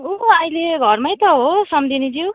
उ अहिले घरमै त हो सम्धिनीज्यू